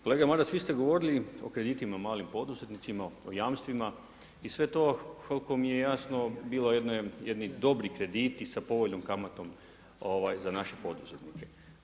Kolega Maras, vi ste govorili o kreditima malim poduzetnicima, o jamstvima i sve to koliko mi je jasno bilo jedni dobri krediti sa povoljnom kamatom za naše poduzetnike.